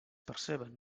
perceben